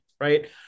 right